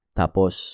tapos